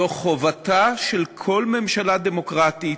זו חובתה של כל ממשלה דמוקרטית,